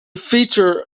feature